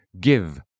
give